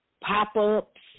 pop-ups